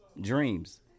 Dreams